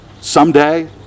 someday